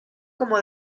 como